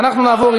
אנחנו נעבור,